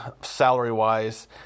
salary-wise